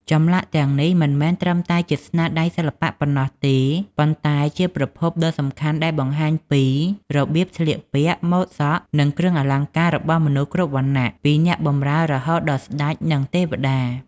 ចម្លាក់ទាំងនេះមិនមែនត្រឹមតែជាស្នាដៃសិល្បៈប៉ុណ្ណោះទេ ប៉ុន្តែជាប្រភពដ៏សំខាន់ដែលបង្ហាញពី របៀបស្លៀកពាក់ ម៉ូដសក់ និងគ្រឿងអលង្ការ របស់មនុស្សគ្រប់វណ្ណៈ ពីអ្នកបម្រើរហូតដល់ស្តេច និងទេវតា។